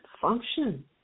Function